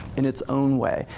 in its own way?